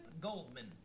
Goldman